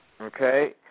okay